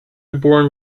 reborn